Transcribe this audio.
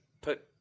put